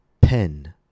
pen